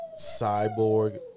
cyborg